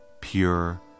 pure